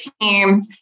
team